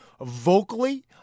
vocally